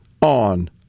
on